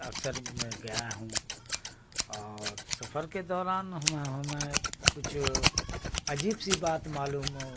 اکثر میں گیا ہوں اور سفر کے دوران ہمیں ہمیں کچھ عجیب سی بات معلوم